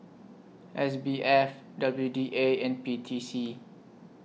S B F W D A and P T C